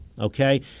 Okay